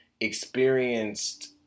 experienced